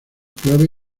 clave